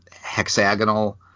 hexagonal